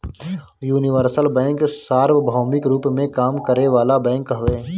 universal bank सार्वभौमिक रूप में काम करे वाला बैंक हवे